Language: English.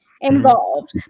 involved